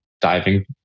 diving